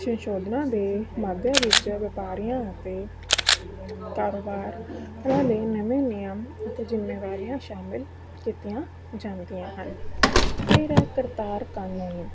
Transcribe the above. ਸੰਸ਼ੋਧਨਾਂ ਦੇ ਮਾਧਿਅਮ ਵਿੱਚ ਵਪਾਰੀਆਂ ਅਤੇ ਕਾਰੋਬਾਰ ਉਹਨਾਂ ਦੇ ਨਵੇਂ ਨਿਯਮ ਅਤੇ ਜ਼ਿੰਮੇਵਾਰੀਆਂ ਸ਼ਾਮਿਲ ਕੀਤੀਆਂ ਜਾਂਦੀਆਂ ਹਨ ਫਿਰ ਹੈ ਕਰਤਾਰ ਕਾਨੂੰਨ